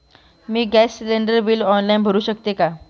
मी gas cylinder bill online भरु शकते का?